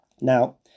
now